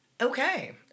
Okay